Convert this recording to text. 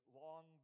long